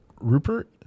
Rupert